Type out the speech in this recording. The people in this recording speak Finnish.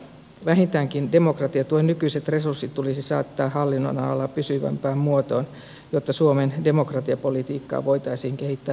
vähintäänkin demokratiatuen nykyiset resurssit tulisi saattaa hallinnonalalla pysyvämpään muotoon jotta suomen demokratiapolitiikkaa voitaisiin kehittää pitkäjänteisemmin